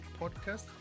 podcast